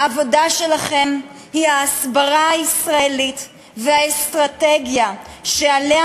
העבודה שלכם היא ההסברה הישראלית והאסטרטגיה שבעזרתה